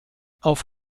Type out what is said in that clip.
auf